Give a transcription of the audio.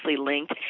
linked